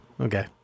Okay